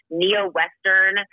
neo-Western